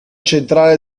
centrale